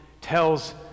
tells